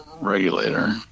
regulator